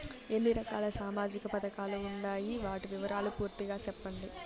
ఎన్ని రకాల సామాజిక పథకాలు ఉండాయి? వాటి వివరాలు పూర్తిగా సెప్పండి?